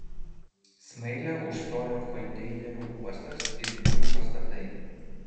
smailę užstojo konteinerių uostas ir biurų pastatai